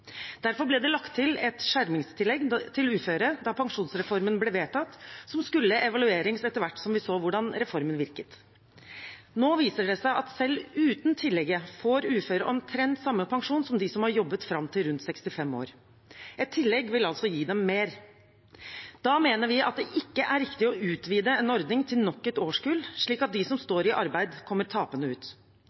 Derfor ble det lagt til et skjermingstillegg til uføre da pensjonsreformen ble vedtatt, den skulle evalueres etter hvert som vi så hvordan reformen virket. Nå viser det seg at selv uten tillegget får uføre omtrent samme pensjon som dem som har jobbet fram til rundt 65 år. Et tillegg vil altså gi dem mer. Da mener vi at det ikke er riktig å utvide en ordning til nok et årskull slik at de som står i arbeid, kommer tapende ut.